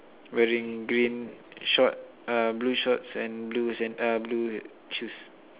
wearing green short um blue shorts and blue zen uh blue shoes